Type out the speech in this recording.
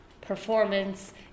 performance